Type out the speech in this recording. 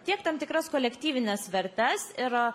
tiek tam tikras kolektyvines vertes ir a